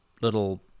little